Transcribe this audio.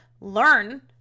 learn